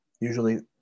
usually